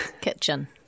kitchen